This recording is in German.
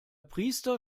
priester